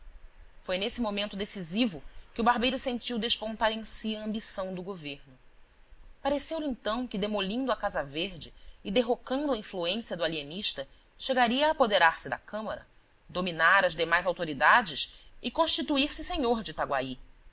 foi nesse momento decisivo que o barbeiro sentiu despontar em si a ambição do governo pareceu-lhe então que demolindo a casa verde e derrocando a influência do alienista chegaria a apoderar-se da câmara dominar as demais autoridades e constituir se senhor de itaguaí